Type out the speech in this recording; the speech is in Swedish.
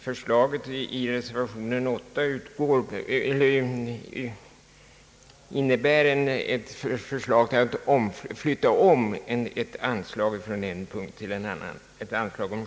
Förslaget i reservation 8 innebär att ett anslag på 75000 kronor flyttas över från en punkt till en annan.